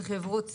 זה חברות סלולר,